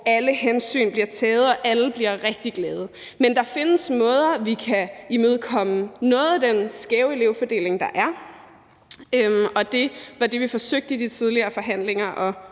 hvor alle hensyn bliver taget, og hvor alle bliver rigtig glade; men der findes måder, vi kan imødekomme noget af den skæve elevfordeling, der er, og det var det, vi forsøgte at få ud af de tidligere forhandlinger